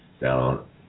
down